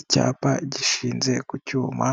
Icyapa gishinze ku cyuma,